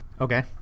Okay